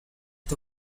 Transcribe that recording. the